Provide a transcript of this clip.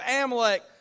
Amalek